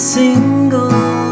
single